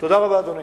תודה רבה, אדוני.